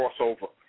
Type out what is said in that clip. crossover